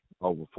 over